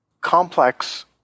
complex